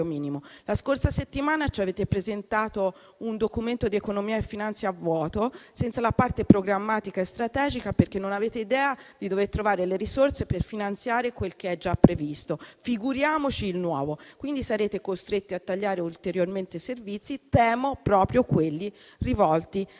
La scorsa settimana ci avete presentato un Documento di economia e finanza vuoto senza la parte programmatica e strategica, perché non avete idea di dove trovare le risorse per finanziare quel che è già previsto, figuriamoci il nuovo; quindi sarete costretti a tagliare ulteriormente servizi che temo siano proprio quelli rivolti alle